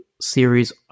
series